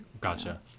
gotcha